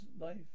life